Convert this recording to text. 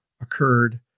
occurred